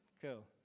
Cool